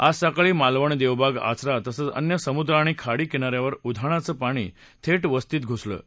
आज सकाळी मालवण देवबाग आचरा तसच अन्य समुद्र आणि खाडी किनाऱ्यावर उधाणाचं पाणी थेट वस्तीत घुसलं आहे